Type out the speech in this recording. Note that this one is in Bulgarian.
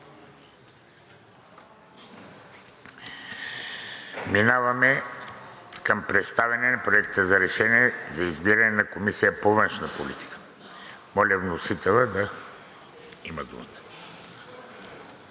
Преминаваме към представяне на Проект на решение за избиране на Комисия по външна политика. Моля, вносителят има думата.